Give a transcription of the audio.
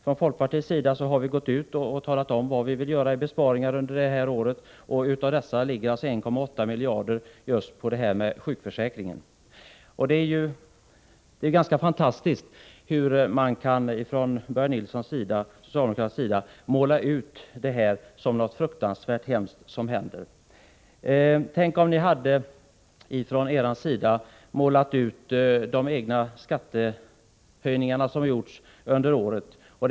Från folkpartiets sida har vi gått ut och talat om vilka besparingar vi vill göra under detta år. 1,8 miljarder av dessa besparingar gäller sjukförsäkringen. Det är ganska fantastiskt hur man från Börje Nilssons och övriga socialdemokraters sida kan måla upp detta som något fruktansvärt. Tänk om ni från er sida hade målat upp de skattehöjningar som genomförts under året på samma sätt.